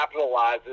capitalizes